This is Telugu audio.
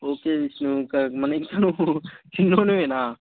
ఓకే విష్ణు ఇంకా మన ఇంకా నువ్వు చిన్నోనివేనా